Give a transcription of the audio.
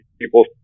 people